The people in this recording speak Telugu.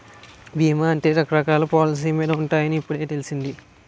బీమా అంటే రకరకాల పాలసీ మీద ఉంటాయని ఇప్పుడే తెలిసింది